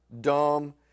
dumb